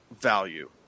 value